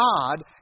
God